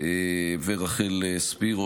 ורחל ספירו,